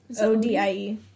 O-D-I-E